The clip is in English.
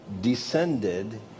descended